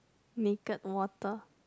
naked water